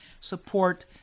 support